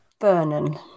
Vernon